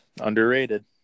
underrated